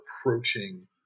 approaching